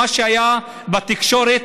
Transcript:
מה שהיה בתקשורת,